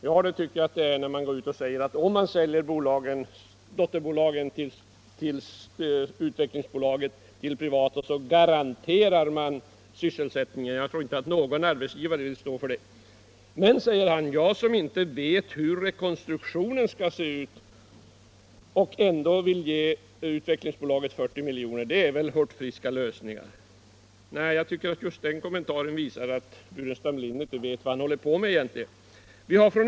Ja, det tycker jag att det är när man säger att man garanterar sysselsättningen om man säljer Utvecklingsbolagets dotterbolag till det privata näringslivet. Jag tror inte att någon arbetsgivare vill stå för det uttalandet. Herr Burenstam Linder anser att jag kommer med hurtfriska lösningar när jag vill ge Utvecklingsbolaget 40 miljoner utan att veta hur rekonstruktionen skall se ut. Just den kommentaren visar att herr Burenstam Linder inte vet vad han håller på med.